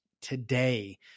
today